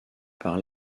par